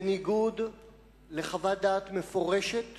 בניגוד לחוות דעת מפורשת